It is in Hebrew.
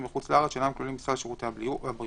בחוץ לארץ שאינם כלולים בסל שירותי הבריאות,